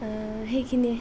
সেইখিনিয়ে